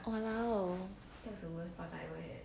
!walao! oh